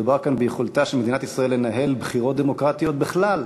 מדובר כאן ביכולתה של מדינת ישראל לנהל בחירות דמוקרטיות בכלל.